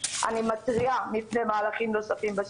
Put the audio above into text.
אני מתריעה מפני מהלכים נוספים.